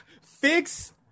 Fix